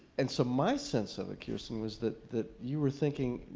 and so, my sense of it, kirsten, was that that you were thinking,